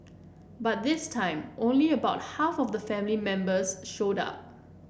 but this time only about half of the family members showed up